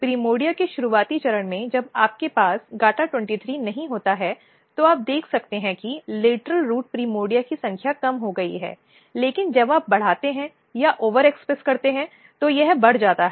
primordia के शुरुआती चरण में जब आपके पास GATA23 नहीं होता है तो आप देख सकते हैं कि लेटरल रूट प्रिमोर्डिया की संख्या कम हो गई है लेकिन जब आप बढ़ाते हैं या ओवरएक्सप्रेस करते हैं तो यह बढ़ जाता है